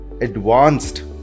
advanced